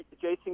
Jason